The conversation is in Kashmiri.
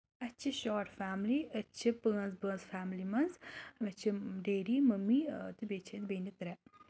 اَسہِ چھِ شاٹ فیملی أسۍ چھِ پانٛژھ بٲژ فیملی منٛز مےٚ چھِ ڈیڈی مٔمی تہٕ بیٚیہِ چھِ أسۍ بیٚنہِ ترٛےٚ